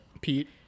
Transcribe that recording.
Pete